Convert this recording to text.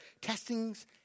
testings